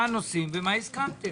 כן, מה הנושאים ומה הסכמתם.